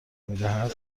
میدهد